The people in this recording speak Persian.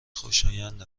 خوشایند